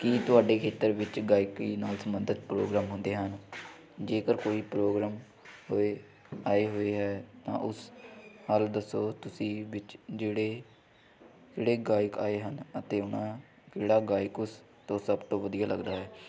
ਕੀ ਤੁਹਾਡੇ ਖੇਤਰ ਵਿੱਚ ਗਾਇਕੀ ਨਾਲ ਸੰਬੰਧਿਤ ਪ੍ਰੋਗਰਾਮ ਹੁੰਦੇ ਹਨ ਜੇਕਰ ਕੋਈ ਪ੍ਰੋਗਰਾਮ ਹੋਏ ਆਏ ਹੋਏ ਹੈ ਤਾਂ ਉਸ ਹਾਲ ਦੱਸੋ ਤੁਸੀਂ ਵਿੱਚ ਜਿਹੜੇ ਜਿਹੜੇ ਗਾਇਕ ਆਏ ਹਨ ਅਤੇ ਉਹਨਾਂ ਕਿਹੜਾ ਗਾਇਕ ਉਸ ਤੋਂ ਸਭ ਤੋਂ ਵਧੀਆ ਲੱਗਦਾ ਹੈ